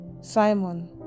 Simon